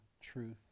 truth